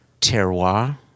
terroir